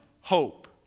hope